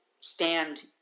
stand